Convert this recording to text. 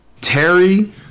Terry